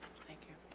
thank you